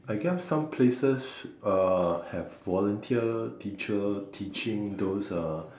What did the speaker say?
I guess some places uh have volunteers teacher teaching those uh